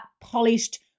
polished